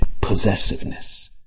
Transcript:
possessiveness